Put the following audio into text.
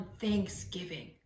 thanksgiving